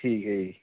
ਠੀਕ ਹੈ ਜੀ